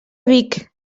vic